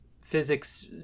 physics